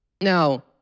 Now